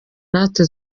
natwe